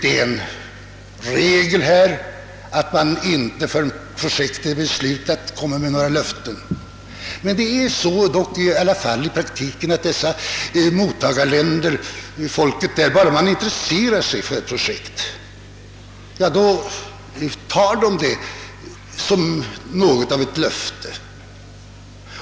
Principen är att man inte ger några löften förrän beslut fattats om ett projekt. Men i praktiken är det så, att bara man intresserar sig för ett projekt, uppfattas detta av representanterna för mottagarländerna som något av ett löfte.